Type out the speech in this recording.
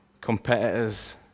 competitors